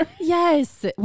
Yes